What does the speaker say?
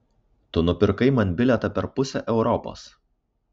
tu nupirkai man bilietą per pusę europos